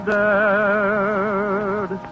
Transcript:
dared